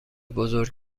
بزرگ